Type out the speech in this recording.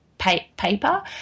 paper